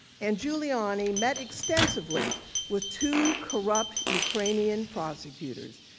and giuliani met extensively with to corrupt ukrainian prosecutors.